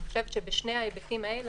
אני חושבת שבשני ההיבטים האלה,